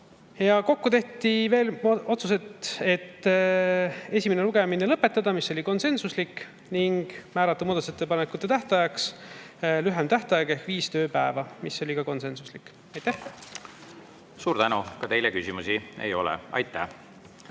lähedalt. Tehti otsused esimene lugemine lõpetada, mis oli konsensuslik, ning määrata muudatusettepanekute tähtajaks lühem tähtaeg ehk viis tööpäeva, mis oli ka konsensuslik. Aitäh! Suur tänu! Ka teile küsimusi ei ole. Avan